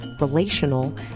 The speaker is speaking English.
relational